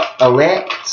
elect